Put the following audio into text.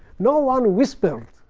no one whispered.